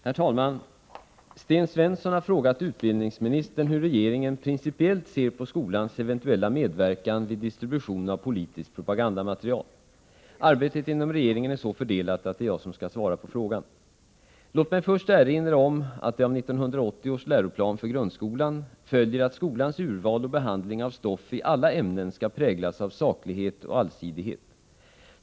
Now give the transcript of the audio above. Herr talman! Sten Svensson har frågat utbildningsministern hur regeringen principiellt ser på skolans eventuella medverkan vid distribution av politiskt propagandamaterial. Arbetet inom regeringen är så fördelat att det är jag som skall svara på frågan. Låt mig först erinra om att det av 1980 års läroplan för grundskolan följer att skolans urval och behandling av stoff i alla ämnen skall präglas av saklighet och allsidighet.